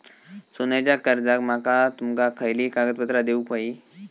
सोन्याच्या कर्जाक माका तुमका खयली कागदपत्रा देऊक व्हयी?